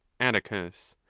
atticus.